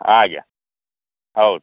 ହଁ ଆଜ୍ଞା ହଉ ଠିକ